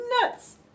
nuts